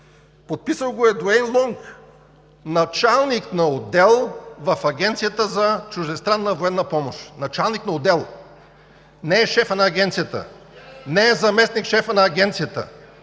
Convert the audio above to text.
Подписал го е Дуейн Лонг, началник на отдел в Агенцията за чуждестранна военна помощ. Началник на отдел! Не е шефът на Агенцията, не е заместник-шефът на Агенцията?!